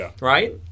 right